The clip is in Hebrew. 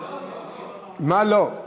לא, מה לא?